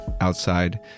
outside